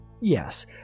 yes